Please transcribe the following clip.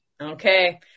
Okay